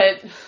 But-